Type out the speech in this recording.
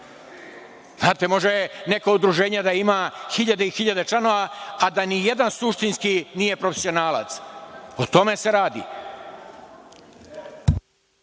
kvalitetu. Može neko udruženje da ima hiljade i hiljade članova a da nijedan suštinski nije profesionalac. O tome se radi.